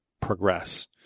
progress